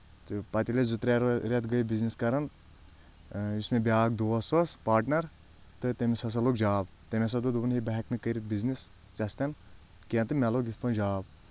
تہٕ پتہٕ ییٚلہِ أسۍ زٕ ترٛےٚ رؠتھ گٔے بِزنِس کران یُس مےٚ بیاکھ دوس اوس پاٹنر تہٕ تٔمِس ہسا لوٚگ جاب تٔمۍ ہسا دوٚپ دوٚپُن ہے بہٕ ہؠکہٕ نہٕ کٔرتھ بِزنِس ژٕ سۭتۍ کینٛہہ تہٕ مےٚ سا لوٚگ یِتھ پٲٹھۍ جاب